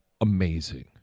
amazing